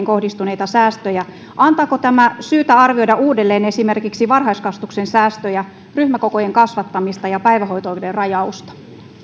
kohdistuneita säästöjä antaako tämä syytä arvioida uudelleen esimerkiksi varhaiskasvatuksen säästöjä ryhmäkokojen kasvattamista ja päivähoito oikeuden rajausta